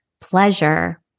pleasure